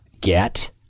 get